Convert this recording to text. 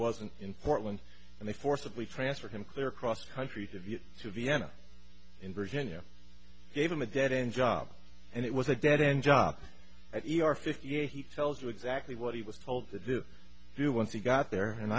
wasn't in portland and they forcibly transferred him clear across country to view to vienna in virginia gave him a dead end job and it was a dead end job at your fifty eight he tells you exactly what he was told to do once he got there and